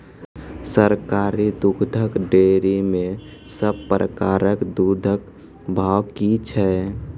सरकारी दुग्धक डेयरी मे सब प्रकारक दूधक भाव की छै?